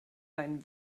dein